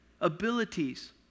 abilities